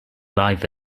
live